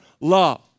love